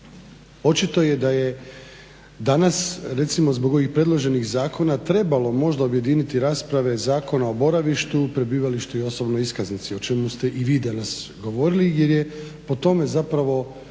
Očito je da je danas recimo zbog ovih predloženih zakona trebalo možda objediniti rasprave Zakona o boravištu, prebivalištu i osobnoj iskaznici o čemu ste i vi danas govorili jer je po tome zapravo